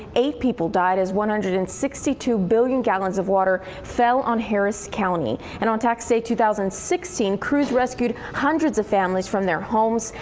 eight people died as one hundred and sixty two billion gallons of water fell on harris county. and on tax day two thousand and sixteen, crews rescued hundreds of families from their homes,